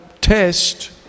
test